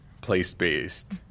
place-based